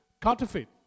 counterfeit